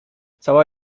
cała